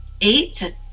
eight